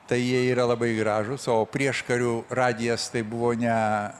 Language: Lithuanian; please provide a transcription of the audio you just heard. tai jie yra labai gražūs o prieškariu radijas tai buvo ne